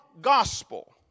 gospel